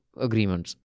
agreements